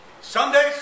Someday